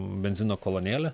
benzino kolonėlę